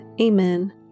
Amen